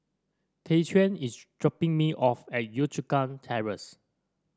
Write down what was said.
Tyquan is dropping me off at Yio Chu Kang Terrace